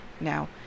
Now